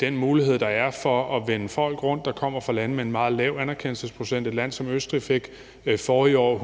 den mulighed, der er for at vende folk rundt, der kommer fra lande med en meget lav anerkendelsesprocent. Et land som Østrig fik forrige år